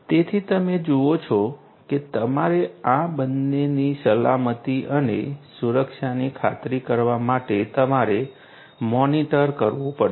તેથી તમે જુઓ છો કે તમારે આ બંનેની સલામતી અને સુરક્ષાની ખાતરી કરવા માટે તમારે મોનિટર કરવું પડશે